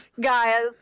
guys